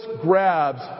grabs